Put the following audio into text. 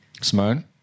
Simone